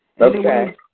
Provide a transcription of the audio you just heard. Okay